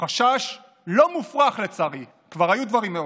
חשש לא מופרך, לצערי, כבר היו דברים מעולם,